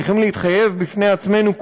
צריכים להתחייב בפני עצמנו,